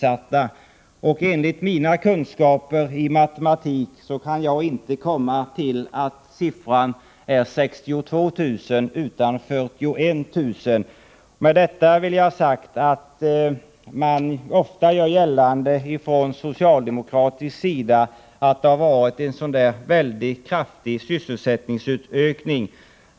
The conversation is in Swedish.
Jag kan, med mina kunskaper i matematik, inte komma fram till att detta blir 62 000, utan det blir 41 000. Man gör från socialdemokratisk sida ofta gällande att det har skett en mycket kraftig sysselsättningsökning.